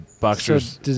boxers